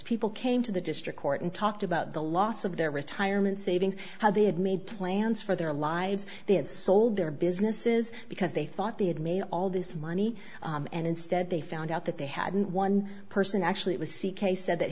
people came to the district court and talked about the loss of their retirement savings how they had made plans for their lives they had sold their businesses because they thought they had made all this money and instead they found out that they hadn't one person actually it was c k said that